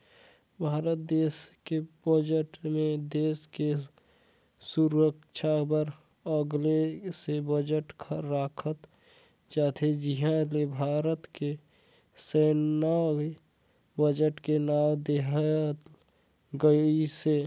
भारत देस के बजट मे देस के सुरक्छा बर अगले से बजट राखल जाथे जिहां ले भारत के सैन्य बजट के नांव देहल गइसे